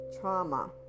trauma